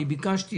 ביקשתי,